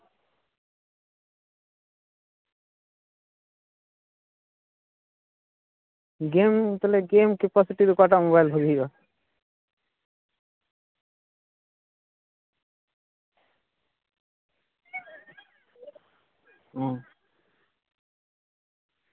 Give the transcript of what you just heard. ᱜᱮᱢ ᱛᱟᱞᱦᱮ game capacity ᱫᱚ ᱚᱠᱟᱴᱟᱜ ᱢᱳᱵᱟᱭᱤᱞ ᱵᱷᱟᱜᱮ ᱦᱩᱭᱩᱜᱼᱟ ᱚ